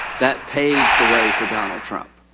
that paves the way for donald trump.